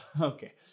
Okay